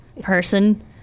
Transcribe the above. person